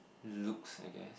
looks I guess